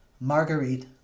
Marguerite